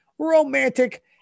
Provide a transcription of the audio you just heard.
romantic